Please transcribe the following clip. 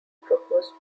proposed